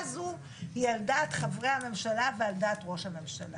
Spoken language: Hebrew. האם החלוקה הזו היא על דעת חברי הממשלה ועל דעת ראש הממשלה.